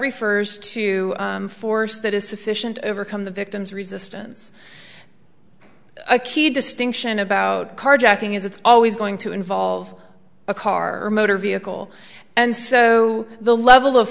refers to force that is sufficient overcome the victim's resistance a key distinction about carjacking is it's always going to involve a car or motor vehicle and so the level of